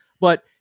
But-